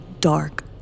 dark